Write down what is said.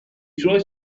suoi